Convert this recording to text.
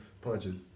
punches